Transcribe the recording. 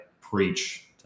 preach